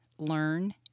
Learn